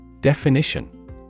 Definition